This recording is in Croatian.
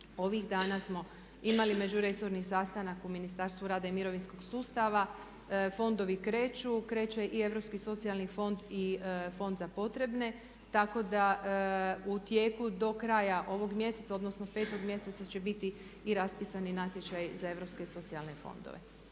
Ovih dana smo imali međuresorni sastanak u Ministarstvu rada i mirovinskog sustava. Fondovi kreću, kreće i Europski socijalni fond i Fond za potrebne tako da u tijeku do kraja ovog mjeseca odnosno 5 mjeseca će biti i raspisani natječaj za Europske socijalne fondove.